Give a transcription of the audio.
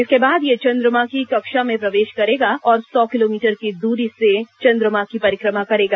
इसके बाद यह चंद्रमा की कक्षा में प्रवेश करेगा और सौ किलोमीटर की दूरी से चंद्रमा की परिक्रमा करेगा